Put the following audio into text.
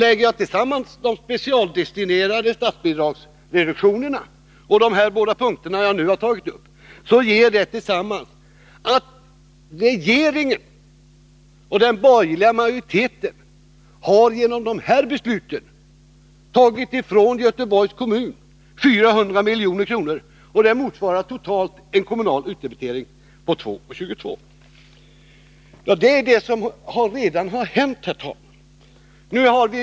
Lägger man ihop reduktionerna av de specialdestinerade statsbidragen och effekterna av de två punkter som jag här har tagit upp, finner man att regeringen och den borgerliga majoriteten genom dessa beslut har tagit ifrån Göteborgs kommun 400 milj.kr. per år. Det motsvarar totalt en kommunal utdebitering på 2:22 kr. Det är vad som redan har hänt, herr talman.